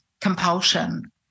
compulsion